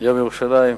יום ירושלים.